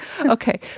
Okay